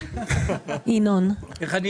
היינו חייבים לתת את האופציה כי אנו לא יודעים מתי